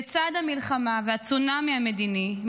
לצד המלחמה והצונאמי המדיני,